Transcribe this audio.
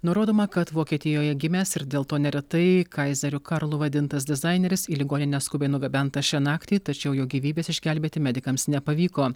nurodoma kad vokietijoje gimęs ir dėl to neretai kaizeriu karlu vadintas dizaineris į ligoninę skubiai nugabentas šią naktį tačiau jo gyvybės išgelbėti medikams nepavyko